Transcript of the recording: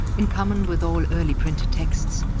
in common with all early printed texts,